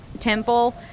temple